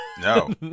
No